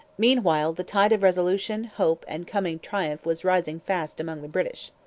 meanwhile the tide of resolution, hope, and coming triumph was rising fast among the british.